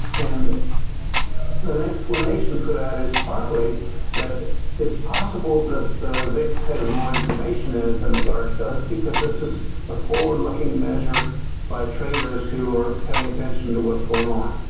and an explanation for that is partly that it's possible that the vix has more information in it than the garch does because this is a forward looking measure by traders who are paying attention to what's going on.